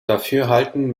dafürhalten